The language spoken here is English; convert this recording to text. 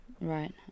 Right